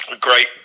great